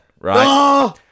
right